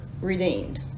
redeemed